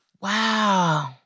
Wow